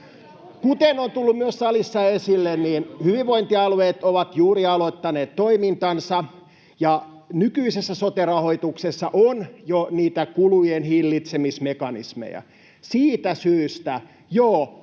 Kuten myös on tullut salissa esille, hyvinvointialueet ovat juuri aloittaneet toimintansa ja nykyisessä sote-rahoituksessa on jo niitä kulujen hillitsemismekanismeja. Siitä syystä, joo,